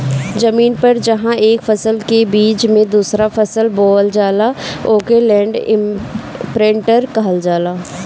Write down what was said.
जमीन पर जहां एक फसल के बीच में दूसरा फसल बोवल जाला ओके लैंड इमप्रिन्टर कहल जाला